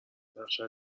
نقشت